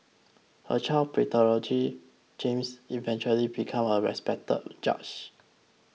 a child prodigy James eventually became a respected judge